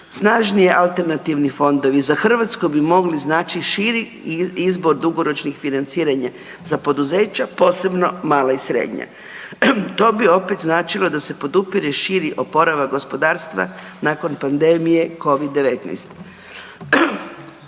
Snažnije alternativni fondovi za Hrvatsku bi mogli znači širi izbor dugoročnih financiranja za poduzeća, posebno mala i srednja. To bi opet značilo da se podupire šiti oporavak gospodarstva nakon pandemije Covid-19.